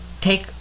take